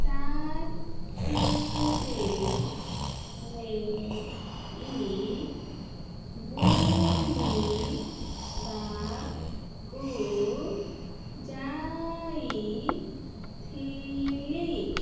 ସାଥିରେ ନେଇ ବୁଲିବା କୁ ଯାଇ ଥିଲି